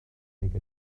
make